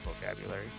vocabulary